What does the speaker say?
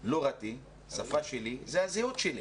שפתי, זהותי.